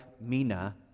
Mina